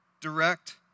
direct